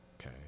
okay